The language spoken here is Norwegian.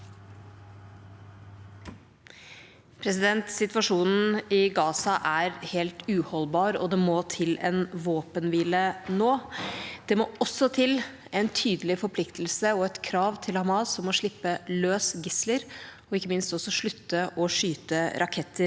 le- der): Situasjonen i Gaza er helt uholdbar, og det må til en våpenhvile nå. Det må også til en tydelig forpliktelse og et krav til Hamas om å slippe løs gisler og ikke minst slutte med å skyte raketter